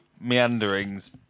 meanderings